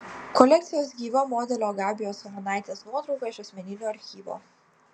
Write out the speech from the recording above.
kolekcijos gyva modelio gabijos umantaitės nuotrauka iš asmeninio archyvo